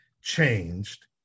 changed